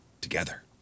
Together